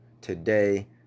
today